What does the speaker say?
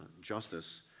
justice